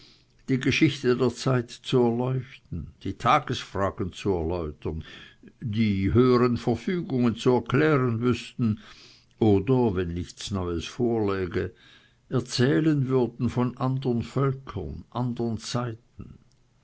die geschichte der zeit zu erleuchten die tagesfragen zu erläutern die höhern verfügungen zu erklären wüßten oder wenn nichts neues vorläge erzählen würden von andern völkern andern zeiten